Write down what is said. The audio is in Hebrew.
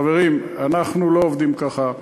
חברים, אנחנו לא עובדים ככה.